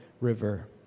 River